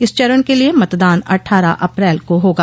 इस चरण के लिए मतदान अट्ठारह अप्रैल को होगा